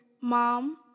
mom